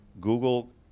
Google